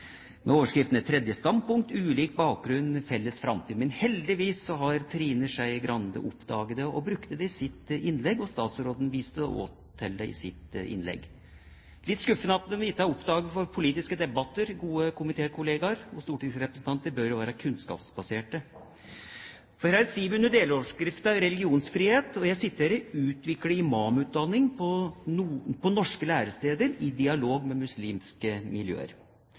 med overskriften «Et tredje standpunkt: Ulik bakgrunn – Felles framtid». Men heldigvis så har Trine Skei Grande oppdaget den og brukte den i sitt innlegg, og statsråden viste også til den i sitt innlegg. Det er litt skuffende at våre gode komitékollegaer ikke har oppdaget våre politiske debatter, for stortingspolitikere bør jo være kunnskapsbaserte. Her sier vi under deloverskriften «Religionsfrihet»: « utvikle imamutdanning på norske læresteder i dialog med muslimske miljøer».